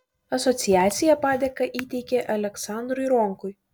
asociacija padėką įteikė aleksandrui ronkui